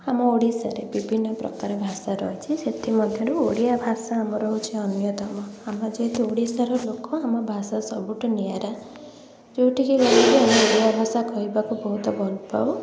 ଆମ ଓଡ଼ିଶାରେ ବିଭିନ୍ନପ୍ରକାର ଭାଷା ରହିଛି ସେଥିମଧ୍ୟରୁ ଓଡ଼ିଆ ଭାଷା ଆମର ହେଉଛି ଅନ୍ୟତମ ଆମେ ଯେହେତୁ ଓଡିଶାର ଲୋକ ଆମ ଭାଷା ସବୁଠୁ ନିଆରା ଯେଉଁଠିକୁ ଗଲେ ବି ଆମ ଓଡ଼ିଆ ଭାଷା କହିବାକୁ ବହୁତ ଭଲପାଉ